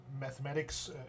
Mathematics